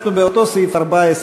אנחנו באותו סעיף 14,